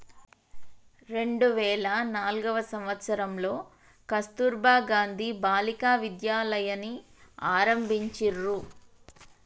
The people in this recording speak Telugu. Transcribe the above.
రెండు వేల నాల్గవ సంవచ్చరంలో కస్తుర్బా గాంధీ బాలికా విద్యాలయని ఆరంభించిర్రు